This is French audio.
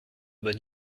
bonne